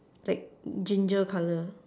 like ginger colour